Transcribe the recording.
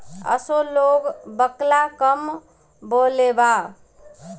असो लोग बकला कम बोअलेबा